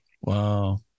Wow